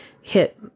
hit